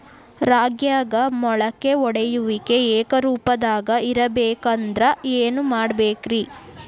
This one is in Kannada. ರಾಗ್ಯಾಗ ಮೊಳಕೆ ಒಡೆಯುವಿಕೆ ಏಕರೂಪದಾಗ ಇರಬೇಕ ಅಂದ್ರ ಏನು ಮಾಡಬೇಕ್ರಿ?